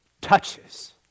touches